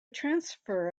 transfer